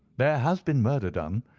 there has been murder done,